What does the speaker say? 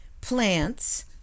Plants